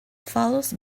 follows